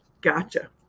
Gotcha